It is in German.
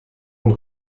und